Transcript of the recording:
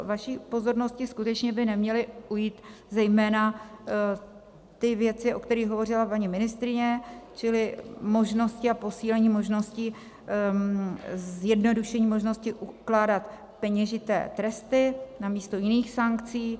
Vaší pozornosti skutečně by neměly ujít zejména ty věci, o kterých hovořila paní ministryně, čili možnosti a posílení možností, zjednodušení možností ukládat peněžité tresty namísto jiných sankcí.